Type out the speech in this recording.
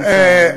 אז,